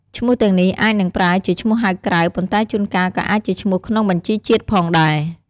ឈ្មោះទាំងនេះអាចនឹងប្រើជាឈ្មោះហៅក្រៅ ប៉ុន្តែជួនកាលក៏អាចជាឈ្មោះក្នុងបញ្ជីជាតិផងដែរ។